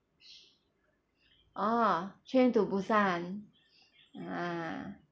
orh train to busan ah